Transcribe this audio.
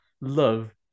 love